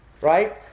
right